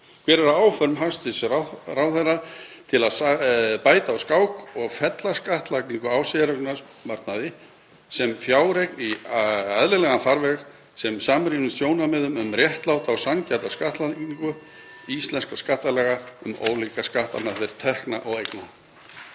Hver eru áform hæstv. ráðherra til að bæta úr skák og fella skattlagningu á séreignarsparnaði sem fjáreign í eðlilegan farveg sem samrýmist sjónarmiðum um réttláta og sanngjarna skattlagningu íslenskra skattalaga um ólíka skattalega meðferð tekna og eigna?